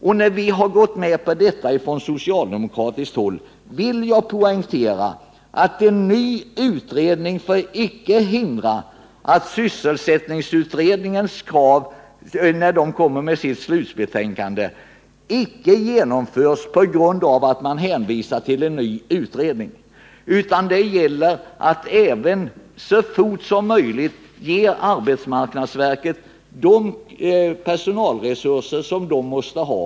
När vi från socialdemokratiskt håll har gått med på tillsättandet av ännu en utredning vill jag poängtera att denna nya utredning icke får hindra att sysselsättningsutredningens krav i det kommande slutbetänkandet genomförs. Man får inte med hänvisning till en ny utredning hindra att sysselsättningsutredningens förslag genomförs, utan det gäller att så fort som möjligt ge arbetsmarknadsverket de personalresurser som verket måste ha.